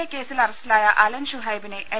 A കേസിൽ അറസ്റ്റിലായ അലൻ ഷുഹൈബിനെ എൽ